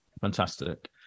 Fantastic